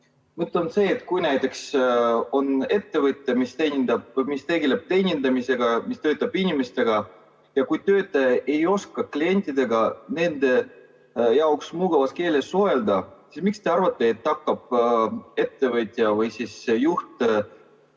Mõtlen seda, et kui näiteks on ettevõte, mis tegeleb teenindamisega, mis töötab inimestega, ja kui töötaja ei oska klientidega nende jaoks mugavas keeles suhelda, siis miks te arvate, et ettevõtja või juht